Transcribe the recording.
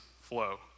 flow